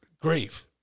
grief